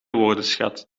woordenschat